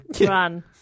run